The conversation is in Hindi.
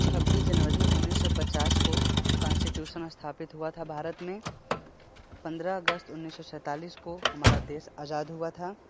छब्बीस जनवरी उन्नीस सौ पचास को कॉन्स्टिट्यूशन स्थापित हुआ था भारत में पंद्रह अगस्त उन्नीस सौ सैंतालीस को हमारा देश आजाद हुआ था